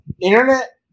internet